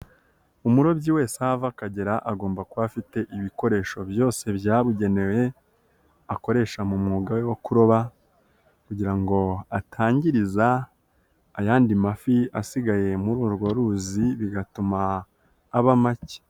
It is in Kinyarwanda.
Umurobyi wese aho ava akagera agomba kuba afite ibikoresho byose byabugenewe akoresha mu mwuga we wo kuroba kugira ngo atangiriza ayandi mafi asigaye muri urwo ruzi bigatuma aba make.